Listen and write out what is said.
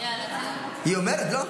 --- היא אומרת, לא?